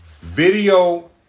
video